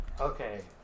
Okay